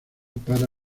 para